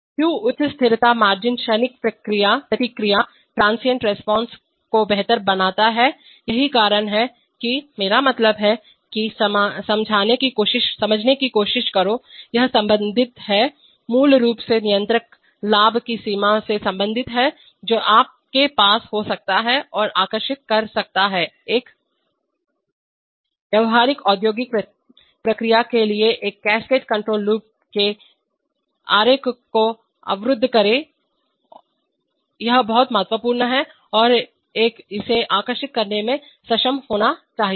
क्यों उच्च स्थिरता मार्जिन क्षणिक प्रतिक्रियाट्रांसिएंट रिस्पांस को बेहतर बनाता है यही कारण है कि मेरा मतलब है कि समझाने की कोशिश करो यह संबंधित है मूल रूप से नियंत्रक लाभ की सीमा से संबंधित है जो आपके पास हो सकता है और आकर्षित कर सकता है एक व्यावहारिक औद्योगिक प्रक्रिया के लिए एक कास्केड कण्ट्रोल लूप के आरेख को अवरुद्ध करें यह बहुत महत्वपूर्ण है और एक इसे आकर्षित करने में सक्षम होना चाहिए